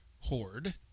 horde